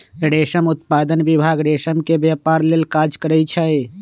रेशम उत्पादन विभाग रेशम के व्यपार लेल काज करै छइ